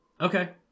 Okay